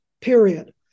period